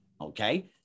Okay